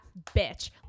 bitch